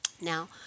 Now